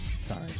Sorry